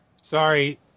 sorry